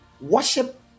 Worship